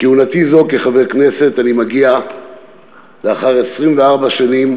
לכהונתי זאת כחבר הכנסת אני מגיע לאחר 24 שנים